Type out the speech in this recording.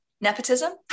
Nepotism